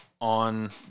on